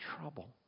trouble